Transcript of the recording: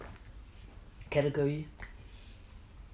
category